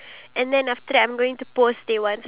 iya so